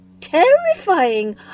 terrifying